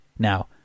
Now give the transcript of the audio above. Now